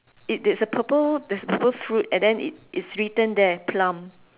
it there's a purple that purple through and then it is written there plum